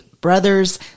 brothers